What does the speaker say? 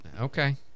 Okay